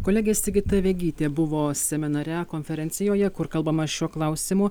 kolegė sigita vegytė buvo seminare konferencijoje kur kalbama šiuo klausimu